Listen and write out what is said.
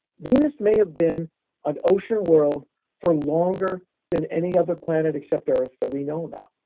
venus may have been an ocean world for longer than any other planet except earth that we know about.